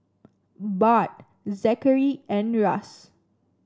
Bart Zachery and Russ